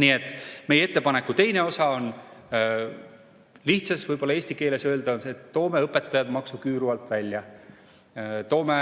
Nii et meie ettepaneku teine osa on lihtsas eesti keeles öeldes see, et toome õpetajad maksuküüru alt välja, toome